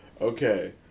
Okay